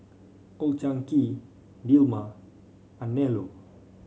Old Chang Kee Dilmah Anello